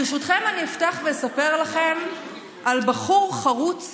ברשותכם, אני אפתח ואספר לכם על בחור חרוץ